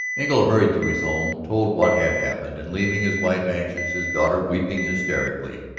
engle hurried to his home, told what had happened, and, leaving his wife anxious, his daughter weeping hysterically,